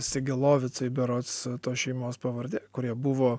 sigelovicai berods tos šeimos pavardė kurie buvo